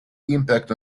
impact